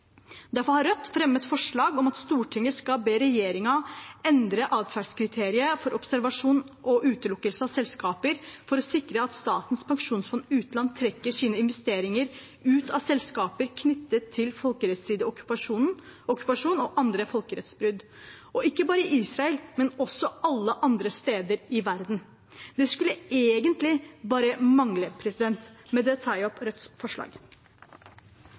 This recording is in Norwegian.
Derfor har Rødt fremmet forslag om at Stortinget skal be regjeringen endre atferdskriteriet for observasjon og utelukkelse av selskaper, for å sikre at Statens pensjonsfond utland trekker sine investeringer ut av selskaper knyttet til folkerettsstridig okkupasjon og andre folkerettsbrudd, og ikke bare i Israel, men også alle andre steder i verden. Det skulle egentlig bare mangle.